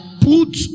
put